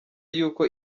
y’uko